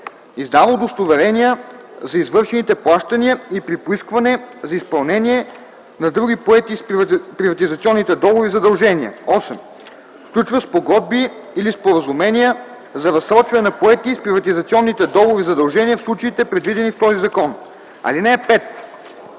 издава удостоверения за извършените плащания и при поискване за изпълнение на други поети с приватизационните договори задължения; 8. сключва спогодби или споразумения за разсрочване на поети с приватизационните договори задължения в случаите, предвидени в този закон. (5)